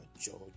george